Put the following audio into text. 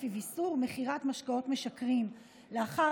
ולפיו איסור מכירת משקאות משכרים לאחר